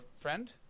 friend